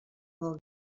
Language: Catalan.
del